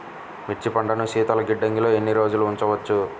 మిర్చి పంటను శీతల గిడ్డంగిలో ఎన్ని రోజులు ఉంచవచ్చు?